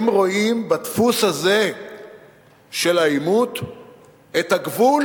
שהם רואים בדפוס הזה של העימות את הגבול